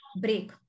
break